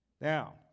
Now